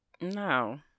no